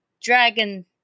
dragon